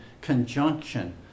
conjunction